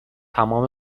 تمام